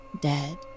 Dead